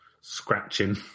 Scratching